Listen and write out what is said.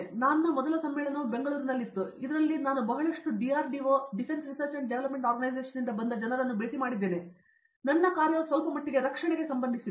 ಹಾಗಾಗಿ ನನ್ನ ಮೊದಲ ಸಮ್ಮೇಳನವು ಬೆಂಗಳೂರಿನಲ್ಲಿತ್ತು ಇದರಲ್ಲಿ ನಾನು ಬಹಳಷ್ಟು ಡಿಆರ್ಡಿಒ ಜನರನ್ನು ಭೇಟಿ ಮಾಡಿದ್ದೇನೆ ಮತ್ತು ನನ್ನ ಕಾರ್ಯವು ಸ್ವಲ್ಪಮಟ್ಟಿಗೆ ರಕ್ಷಣೆಗೆ ಸಂಬಂಧಿಸಿದೆ